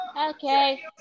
Okay